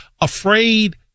afraid